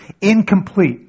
incomplete